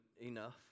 enough